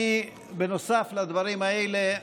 נוסף לדברים האלה,